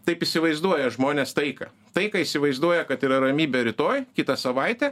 taip įsivaizduoja žmonės taiką taiką įsivaizduoja kad yra ramybė rytoj kitą savaitę